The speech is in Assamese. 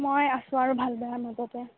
মই আছো আৰু ভাল বেয়া মাজতে